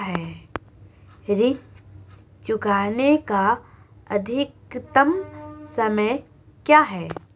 ऋण चुकाने का अधिकतम समय क्या है?